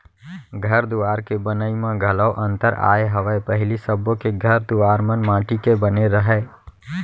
घर दुवार के बनई म घलौ अंतर आय हवय पहिली सबो के घर दुवार मन माटी के बने रहय